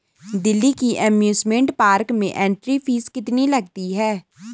दिल्ली के amusement park में entry fee कितनी लगती है?